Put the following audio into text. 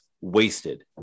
wasted